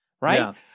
Right